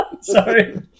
Sorry